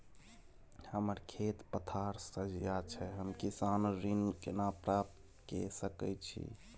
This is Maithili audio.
हमर खेत पथार सझिया छै हम किसान ऋण केना प्राप्त के सकै छी?